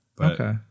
Okay